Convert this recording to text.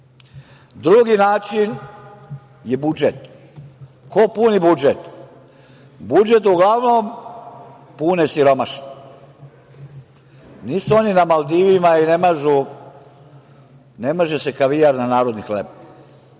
Drugi način je budžet. Ko puni budžet? Budžet uglavnom pune siromašni. Nisu oni na Maldivima i ne maže se kavijar na narodni hleb.